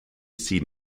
seen